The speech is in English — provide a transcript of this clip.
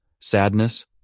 sadness